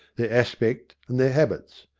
their aspect and their habits.